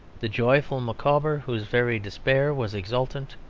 the joyful micawber, whose very despair was exultant,